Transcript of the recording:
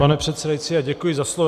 Pane předsedající, děkuji za slovo.